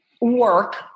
work